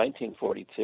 1942